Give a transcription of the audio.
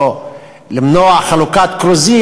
או למנוע חלוקת כרוזים.